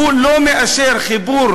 שהוא לא מאשר חיבור